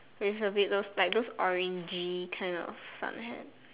with a bit of like those orangey kind of sun hat